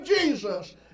Jesus